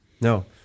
no